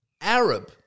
Arab